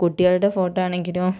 കുട്ടികളുടെ ഫോട്ടോ ആണെങ്കിലും